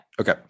Okay